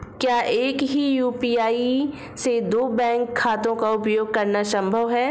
क्या एक ही यू.पी.आई से दो बैंक खातों का उपयोग करना संभव है?